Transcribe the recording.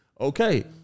Okay